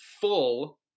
full